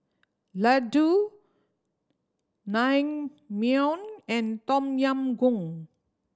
Ladoo Naengmyeon and Tom Yam Goong